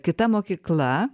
kita mokykla